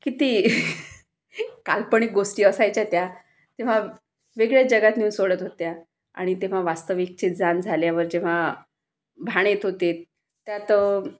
कित्ती काल्पनिक गोष्टी असायच्या त्या तेव्हा वेगळ्याच जगात नेऊन सोडत होत्या आणि तेव्हा वास्तविकतेची जाण झाल्यावर जेव्हा भान येत होते त्यात